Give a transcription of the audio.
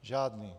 Žádný.